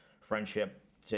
friendship